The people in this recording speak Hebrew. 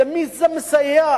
למי זה מסייע?